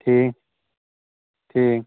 ٹھیٖک ٹھیٖک